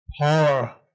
power